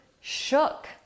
shook